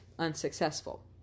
Unsuccessful